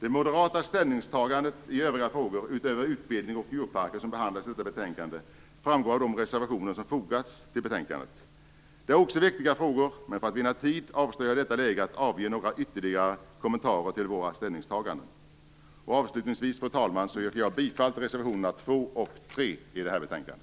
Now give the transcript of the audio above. Det moderata ställningstagandet i övriga frågor som behandlas i betänkandet, utöver utbildning och djurparker, framgår av de reservationer som fogats till betänkandet. De gäller också viktiga frågor, men för att vinna tid avstår jag i detta läge från att avge några ytterligare kommentarer till Moderaternas ställningstaganden. Fru talman! Avslutningsvis yrkar jag bifall till reservationerna 2 och 3.